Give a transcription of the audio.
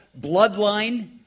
bloodline